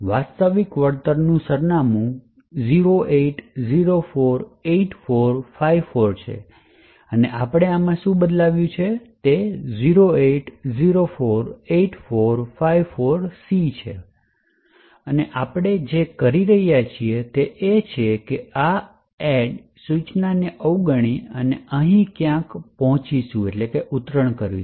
વાસ્તવિક વળતર સરનામું 08048454 છે અને આપણે આમાં શું બદલાવ્યું છે તે 08048454C છે અને આપણે જે કરી રહ્યા છીયે તે તે છે કે તે આ એડ સૂચનાને અવગણી અને અહીં ક્યાંક ઉતરાણ કરીશું